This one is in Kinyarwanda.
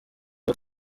abo